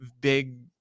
big